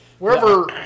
Wherever